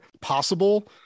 possible